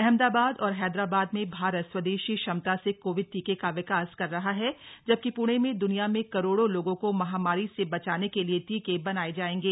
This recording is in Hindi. अहमदाबाद और हैदराबाद में भारत स्वदेशी क्षमता से कोविड टीके का विकास कर रहा है जबकि पृणे में द्निया में करोड़ों लोगों को महामारी से बचाने के लिए टीके बनाये जायेंगे